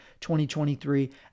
2023